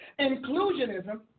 Inclusionism